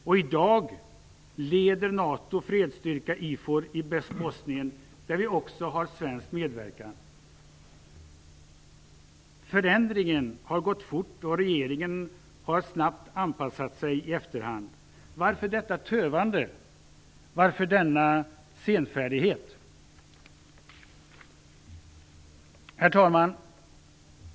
Och i dag leder NATO fredsstyrkan IFOR i Bosnien, där vi också har svensk medverkan. Förändringen har gått fort, och regeringen har snabbt anpassat sig i efterhand. Varför detta tövande? Varför denna senfärdighet? Herr talman!